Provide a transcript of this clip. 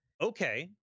Okay